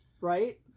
right